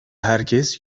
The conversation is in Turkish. herkes